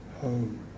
home